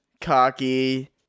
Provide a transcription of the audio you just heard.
cocky